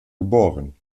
geboren